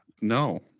No